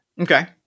Okay